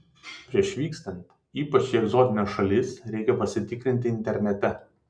prieš vykstant ypač į egzotines šalis reikia pasitikrinti internete